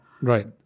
Right